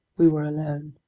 we were alone.